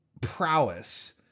prowess